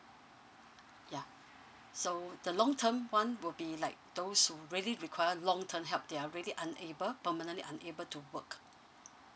ya so the long term one will be like those who really require long term help they're really aren't able permanently aren't able to work